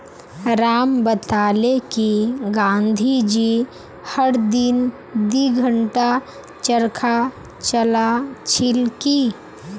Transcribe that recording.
राम बताले कि गांधी जी हर दिन दी घंटा चरखा चला छिल की